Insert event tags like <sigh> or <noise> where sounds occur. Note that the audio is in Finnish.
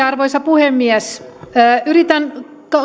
<unintelligible> arvoisa puhemies yritän